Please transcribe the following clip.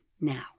now